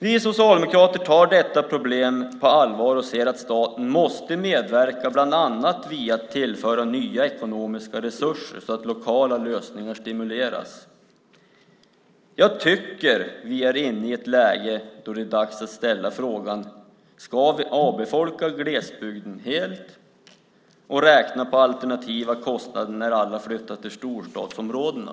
Vi socialdemokrater tar detta problem på allvar och anser att staten måste medverka, bland annat genom att tillföra nya ekonomiska resurser så att lokala lösningar stimuleras. Jag tycker att vi befinner oss i ett läge då det är dags att ställa frågan: Ska vi avbefolka glesbygden helt och räkna på alternativa kostnader när alla flyttar till storstadsområdena?